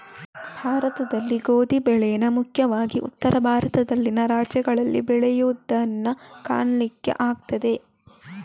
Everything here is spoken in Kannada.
ಭಾರತದಲ್ಲಿ ಗೋಧಿ ಬೆಳೇನ ಮುಖ್ಯವಾಗಿ ಉತ್ತರ ಭಾರತದಲ್ಲಿನ ರಾಜ್ಯಗಳಲ್ಲಿ ಬೆಳೆಯುದನ್ನ ಕಾಣಲಿಕ್ಕೆ ಆಗ್ತದೆ